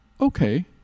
okay